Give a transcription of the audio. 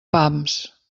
pams